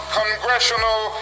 congressional